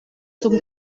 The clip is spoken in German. zum